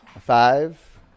Five